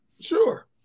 Sure